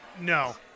no